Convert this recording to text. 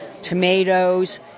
tomatoes